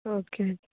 okay